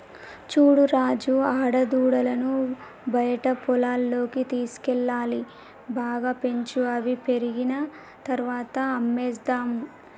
చూడు రాజు ఆడదూడలను బయట పొలాల్లోకి తీసుకువెళ్లాలి బాగా పెంచు అవి పెరిగిన తర్వాత అమ్మేసేద్దాము